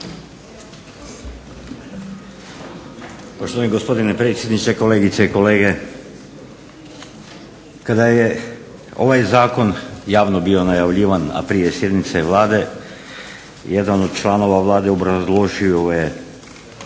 Poštovani gospodine predsjedniče, kolegice i kolege. Kada je ovaj zakon javno bio najavljivan, a prije sjednice Vlade jedan od članova Vlade obrazložio je